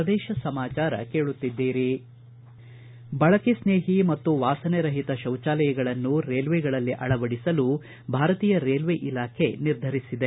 ಪ್ರದೇಶ ಸಮಾಚಾರ ಕೇಳುತ್ತಿದ್ದೀರಿ ಬಳಕೆ ಸ್ನೇಹಿ ಮತ್ತು ವಾಸನೆ ರಹಿತ ಶೌಚಾಲಯಗಳನ್ನು ರೈಲ್ವೆಗಳಲ್ಲಿ ಅಳವಡಿಸಲು ಭಾರತೀಯ ರೈಲ್ವೇ ಇಲಾಖೆ ನಿರ್ಧರಿಸಿದೆ